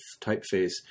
typeface